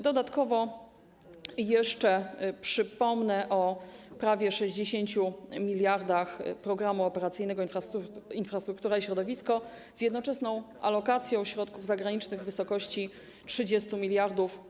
Dodatkowo jeszcze przypomnę o prawie 60 mld zł programu operacyjnego „Infrastruktura i środowisko”, z jednoczesną alokacją środków zagranicznych w wysokości 30 mld.